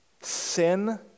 Sin